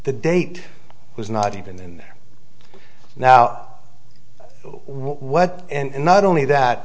the date was not even now what and not only that